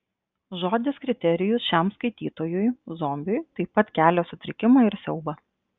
žodis kriterijus šiam skaitytojui zombiui taip pat kelia sutrikimą ir siaubą